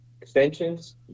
Extensions